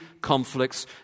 conflicts